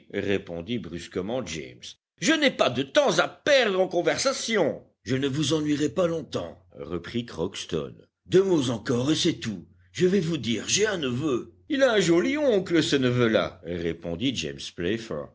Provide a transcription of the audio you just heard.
répondit brusquement james je n'ai pas de temps à perdre en conversations je ne vous ennuierai pas longtemps reprit crockston deux mots encore et c'est tout je vais vous dire j'ai un neveu il a un joli oncle ce neveu là répondit james